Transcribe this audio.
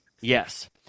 Yes